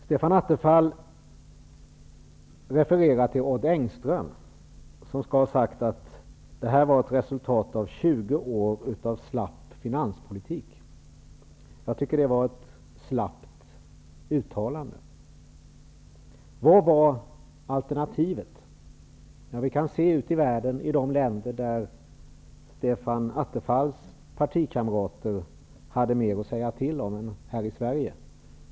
Stefan Attefall refererar till Odd Engström, som skall ha sagt att detta är resultatet av 20 år av slapp finanspolitik. Jag tycker att det var ett slappt uttalande. Vad var alternativet? Det kan vi se ute i världen i de länder där Stefan Attefalls partikamrater hade mera att säga till om än här i Sverige.